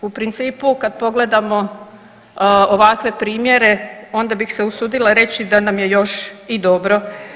U principu kad pogledamo ovakve primjere onda bih se usudila reći da nam je još i dobro.